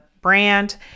brand